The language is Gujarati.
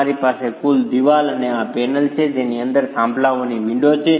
તમારી પાસે કુલ દિવાલ અને આ પેનલ છે જેની અંદર થાંભલાઓની વિન્ડો છે